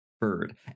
Bird